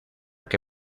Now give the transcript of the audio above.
que